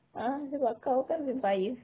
ah sebab kau kan vampire